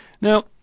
Now